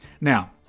Now